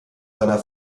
seiner